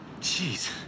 Jeez